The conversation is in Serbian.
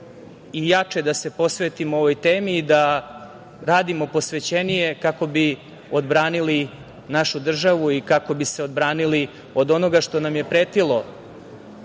i jače da se posvetimo ovoj temi i da radimo posvećenije kako bi odbranili našu državu i kako bi se odbranili od onoga što nam je pretilo